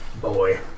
Boy